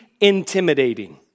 intimidating